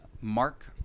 Mark